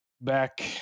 back